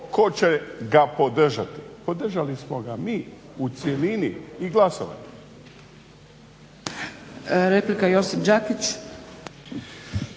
tko će ga podržati. Podržali smo ga mi u cjelini i glasovali.